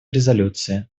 резолюции